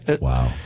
Wow